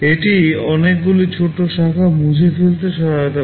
এটি অনেকগুলি ছোট শাখা মুছে ফেলতে সহায়তা করে